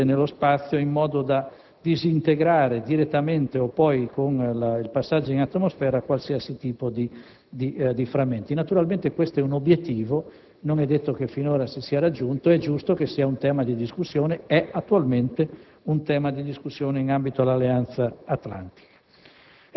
colpire nello spazio in modo da disintegrare direttamente o poi con il passaggio in atmosfera qualsiasi tipo di frammento. Naturalmente questo è un obiettivo. Non è detto che finora si sia raggiunto. È giusto che sia un tema di discussione e lo è attualmente in ambito all'Alleanzaatlantica.